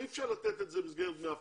אי אפשר לתת את זה במסגרת דמי אבטלה.